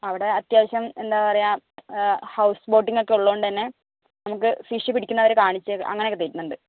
അവിടെ അത്യാവശ്യം എന്താ പറയുക ഹൗസ് ബോട്ടിങ്ങൊക്കെ ഉള്ളതുകൊണ്ടുതന്നെ നമുക്ക് ഫിഷ് പിടിക്കുന്നത് അവർ കാണിച്ച് അങ്ങനെയൊക്കെ തരണുണ്ട്